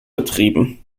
betrieben